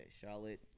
Charlotte